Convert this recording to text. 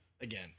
again